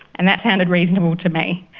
and that sounded reasonable to me.